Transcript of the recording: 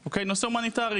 מעלית,